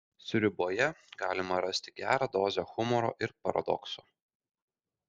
sriuboje galima rasti gerą dozę humoro ir paradokso